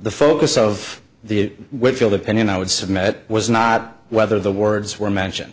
the focus of the whitfield opinion i would submit was not whether the words were mentioned